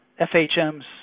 FHM's